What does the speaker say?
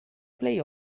play